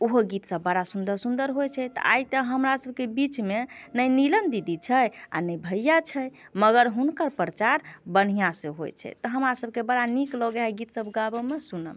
ओहो गीत सभ बड़ा सुन्दर सुन्दर होइ छै आइ तऽ हमरा सभके बीचमे नहि नीलम दीदी छै आ नहि भैया छै मगर हुनकर प्रचार बढ़ियाँ से होइ छै तऽ हमरा सभके बड़ा नीक लगैये गीत सभ गाबऽमे सुनऽमे